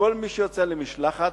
שכל מי שיוצא במשלחת